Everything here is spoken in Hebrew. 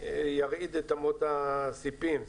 שירעיד את אמות הספים.